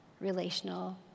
relational